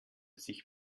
sich